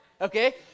okay